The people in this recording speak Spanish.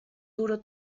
duro